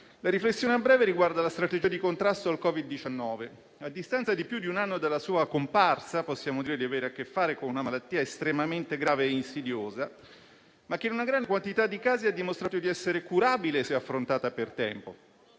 La riflessione a breve riguarda la strategia di contrasto al Covid-19. A distanza di più di un anno della sua comparsa, possiamo dire di avere a che fare con una malattia estremamente grave e insidiosa, ma che in una grande quantità di casi ha dimostrato di essere curabile, se affrontata per tempo.